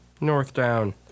Northdown